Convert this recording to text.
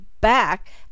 back